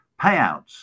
payouts